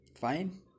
fine